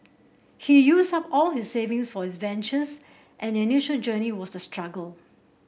he used up all his savings for his ventures and the initial journey was a struggle